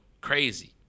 crazy